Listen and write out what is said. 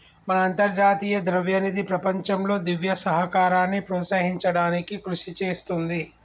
మన అంతర్జాతీయ ద్రవ్యనిధి ప్రపంచంలో దివ్య సహకారాన్ని ప్రోత్సహించడానికి కృషి చేస్తుంది